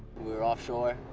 were offshore,